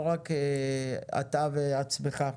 לא רק אתה עצמך.